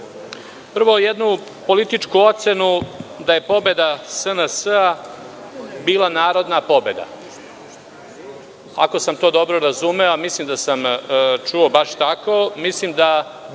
jednu političku ocenu da je pobeda SNS bila narodna pobeda. Ako sam to dobro razumeo, a mislim da sam čuo baš tako, mislim da